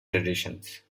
traditions